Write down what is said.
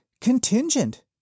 contingent